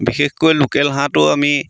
বিশেষকৈ লোকেল হাঁহটো আমি